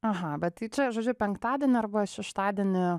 aha va tai čia žodžiu penktadienį arba šeštadienį